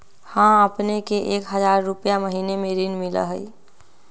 हां अपने के एक हजार रु महीने में ऋण मिलहई?